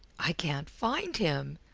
i can't find him,